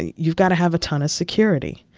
you've got to have a ton of security.